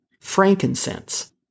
Frankincense